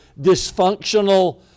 dysfunctional